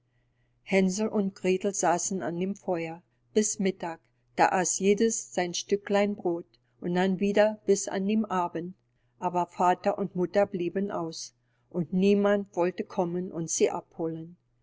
hänsel und gretel saßen an dem feuer bis mittag da aß jedes sein stücklein brod und dann wieder bis an den abend aber vater und mutter blieben aus und niemand wollte kommen und sie abholen